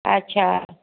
আচ্ছা